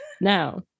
Now